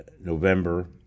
november